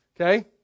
Okay